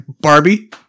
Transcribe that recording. Barbie